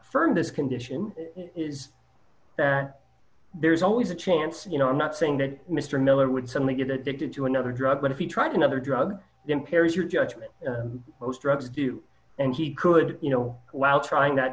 affirm this condition is that there's always a chance you know i'm not saying that mr miller would suddenly get addicted to another drug but if he tried another drug impairs your judgment most drugs do and he could you know while trying that